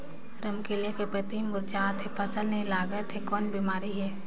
रमकलिया के पतई मुरझात हे फल नी लागत हे कौन बिमारी हे?